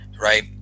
right